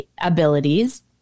abilities